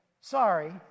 sorry